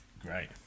great